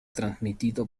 transmitido